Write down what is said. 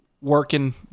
working